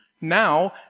now